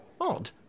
Odd